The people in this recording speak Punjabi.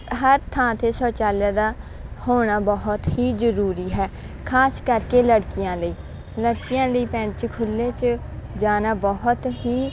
ਹਰ ਥਾਂ 'ਤੇ ਸ਼ੌਚਾਲਿਆ ਦਾ ਹੋਣਾ ਬਹੁਤ ਹੀ ਜ਼ਰੂਰੀ ਹੈ ਖਾਸ ਕਰਕੇ ਲੜਕੀਆਂ ਲਈ ਲੜਕੀਆਂ ਲਈ ਪਿੰਡ 'ਚ ਖੁੱਲੇ 'ਚ ਜਾਣਾ ਬਹੁਤ ਹੀ